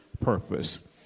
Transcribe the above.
purpose